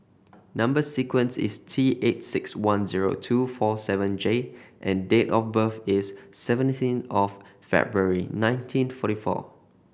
number sequence is T eight six one zero two four seven J and date of birth is seventeen of February nineteen forty four